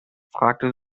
fragte